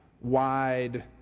wide